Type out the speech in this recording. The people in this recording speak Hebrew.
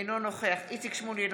אינו נוכח איציק שמולי,